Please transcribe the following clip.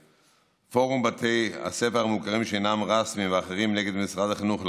פורום בתי הספר המוכרים שאינם רשמיים ואח' נגד משרד החינוך,